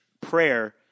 Prayer